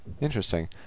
Interesting